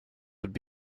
would